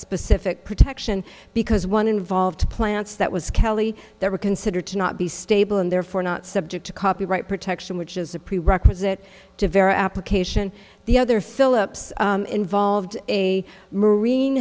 specific protection because one involved plants that was kelly there were considered to not be stable and therefore not subject to copyright protection which is a prerequisite to very application the other philips involved a marin